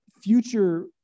future